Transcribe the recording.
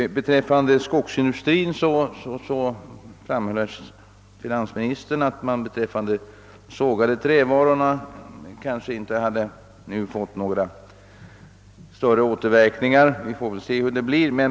Beträffande skogsindustrin framhöll finansministern att vi när det gäller de sågade trävarorna ännu inte fått några större återverkningar. Vi får väl se hur läget utvecklar sig.